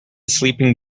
sleeping